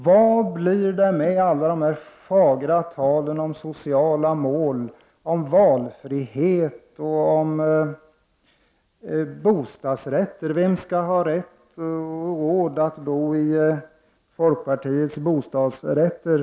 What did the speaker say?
Vad blir det av allt detta fagra tal om socialt mål, valfrihet och bostadsrätter? Vem skall ha rätt och råd att bo i folkpartiets bostadsrätter?